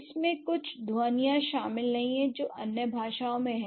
इसमें कुछ ध्वनियाँ शामिल नहीं हैं जो अन्य भाषाओं में हैं